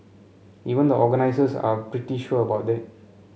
even the organisers are pretty sure about that